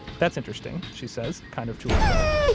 that's interesting, she says, kind of to herself.